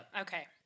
Okay